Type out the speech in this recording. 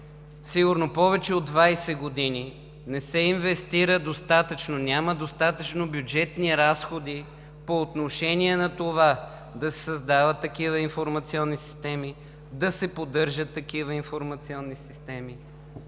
сигурно повече от 20 години не се инвестира достатъчно, няма достатъчно бюджетни разходи по отношение на това да се създават такива информационни системи, да се поддържат такива информационни системи.